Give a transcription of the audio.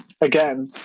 again